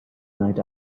night